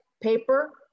paper